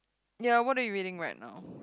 ya what are you reading right now